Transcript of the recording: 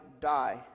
die